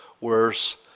worse